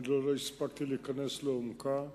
אני לא הספקתי להיכנס לעומקה.